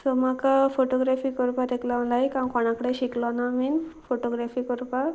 so म्हाका photography करपाक एकलो लायक हांव कोणाकडेन शिकलो ना बीन फोटोग्रेफी करपाक